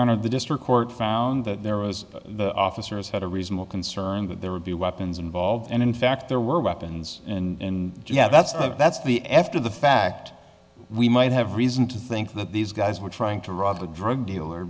honor the district court found that there was the officers had a reasonable concern that there would be weapons involved and in fact there were weapons in yeah that's the that's the efter the fact we might have reason to think that these guys were trying to rob a drug dealer